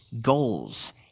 goals